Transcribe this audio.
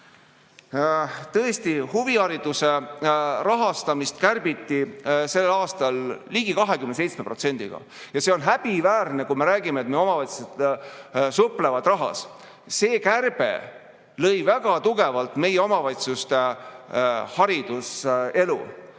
Tõesti, huvihariduse rahastamist kärbiti sellel aastal ligi 27% ja see on häbiväärne, kui me räägime, et me omavalitsused suplevad rahas. See kärbe lõi väga tugevalt meie omavalitsuste hariduselu.